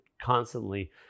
constantly